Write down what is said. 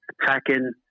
attacking